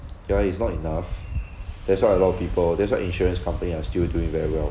ya is not enough that's why a lot of people that's why insurance company are still doing very well